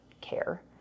care